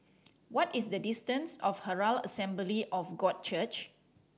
what is the distance to Herald Assembly of God Church